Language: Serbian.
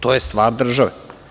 To je stvar države.